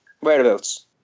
Whereabouts